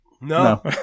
No